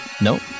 Nope